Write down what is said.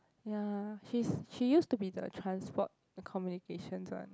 ya she's she used to be the transport the communications one